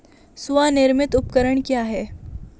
स्वनिर्मित उपकरण क्या है?